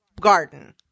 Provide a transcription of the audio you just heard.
Garden